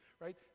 right